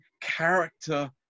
character